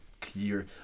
clear